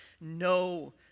no